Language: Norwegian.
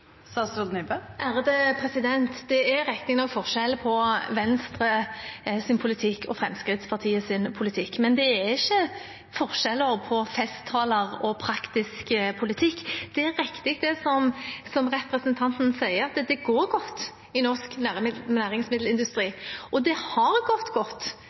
Det er noen forskjeller på Venstres og Fremskrittspartiets politikk, men det er ikke forskjeller på festtaler og praktisk politikk. Det er riktig, som representanten sier, at det går godt i norsk næringsmiddelindustri, og det har gått godt